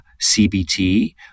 CBT